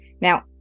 Now